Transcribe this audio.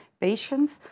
patients